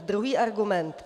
Druhý argument.